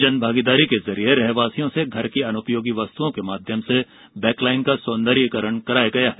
जनभागीदारी से रहवासियों से घर की अनुपयोगी वस्तुओं के माध्यम से बैकलाइन का सौंदर्यीकरण किया गया है